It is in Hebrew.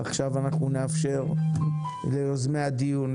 עכשיו אנחנו נאפשר ליוזמי הדיון,